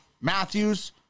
Matthews